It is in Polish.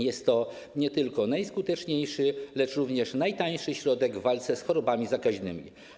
Jest to nie tylko najskuteczniejszy, lecz również najtańszy środek walki z chorobami zakaźnymi.